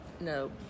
No